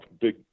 big